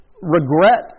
Regret